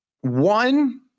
one